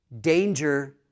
danger